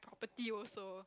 property also